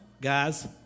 guys